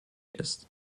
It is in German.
ist